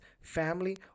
family